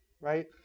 right